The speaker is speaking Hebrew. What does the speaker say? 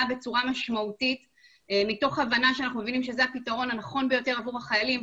בצורה משמעותית מתוך הבנה שזה הפתרון הנכון ביותר עבור החיילים.